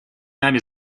нами